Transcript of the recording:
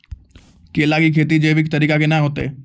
केला की खेती जैविक तरीका के ना होते?